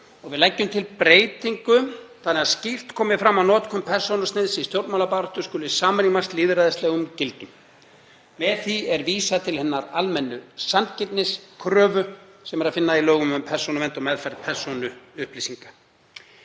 og leggur til breytingu þannig að skýrt komi fram að notkun persónusniðs í stjórnmálabaráttu skuli samrýmast lýðræðislegum gildum. Með því er vísað til hinnar almennu sanngirniskröfu sem er að finna í lögum um persónuvernd og meðferð persónuupplýsinga.